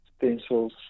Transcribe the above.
pencils